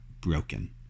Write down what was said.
broken